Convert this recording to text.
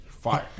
Fire